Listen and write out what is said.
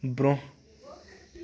برٛونٛہہ